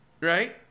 Right